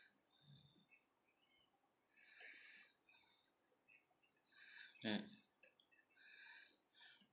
mm